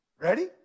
ready